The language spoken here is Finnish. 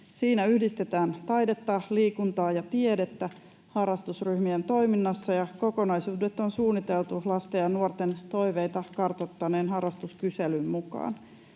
Siinä yhdistetään taidetta, liikuntaa ja tiedettä harrastusryhmien toiminnassa, ja kokonaisuudet on suunniteltu lasten ja nuorten toiveita kartoittaneen harrastuskyselyn mukaan.